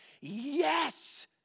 yes